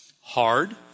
Hard